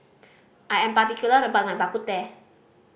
I am particular about my Bak Kut Teh